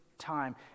time